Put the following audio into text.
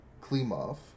klimov